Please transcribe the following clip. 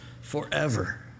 forever